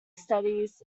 studies